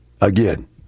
again